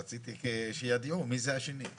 רציתי שידעו מי זה השני.